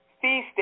feasting